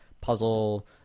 puzzle